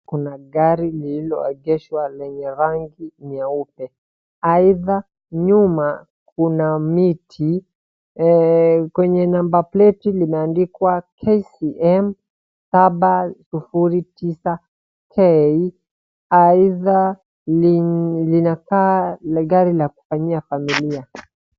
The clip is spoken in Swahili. Kuna gari lilo eegeshwa lenye gari nyeupe aidha , nyuma kuna miti kwenye number plati liandikwa KCM 709K. Aidha linakaa gari la kufanyia familia.